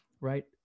right